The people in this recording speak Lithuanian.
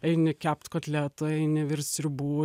eini kept kotleto eini virt sriubų